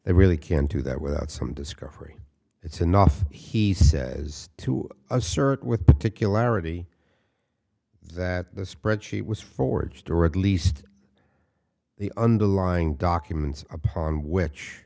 they really can't do that without some discovery it's enough he says to assert with particularity that the spreadsheet was forged or at least the underlying documents upon which